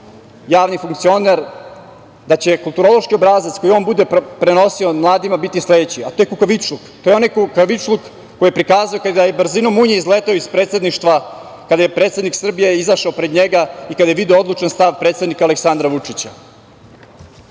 javni funkcioner da će kulturološki obrazac koji on bude prenosio mladima biti sledeći – to je kukavičluk. To je onaj kukavičluk koji prikazao kada je brzinom munje izleteo iz Predsedništva kada je predsednik Srbije izašao pred njega i kada je video odlučan stav predsednika Aleksandra Vučića. Osim